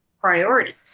priorities